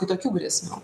kitokių grėsmių